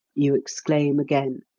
you exclaim again,